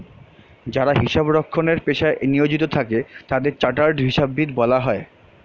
যারা হিসাব রক্ষণের পেশায় নিয়োজিত থাকে তাদের চার্টার্ড হিসাববিদ বলা হয়